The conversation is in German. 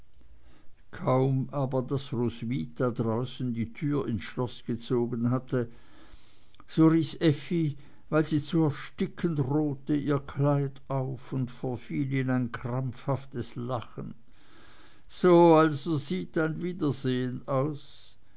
kaum aber daß roswitha draußen die tür ins schloß gezogen hatte so riß effi weil sie zu ersticken drohte ihr kleid auf und verfiel in ein krampfhaftes lachen so also sieht ein wiedersehen aus